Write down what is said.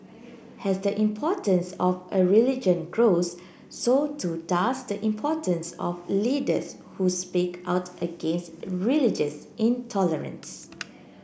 as the importance of a religion grows so too does the importance of leaders who speak out against religious intolerance